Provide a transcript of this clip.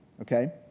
okay